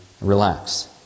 Relax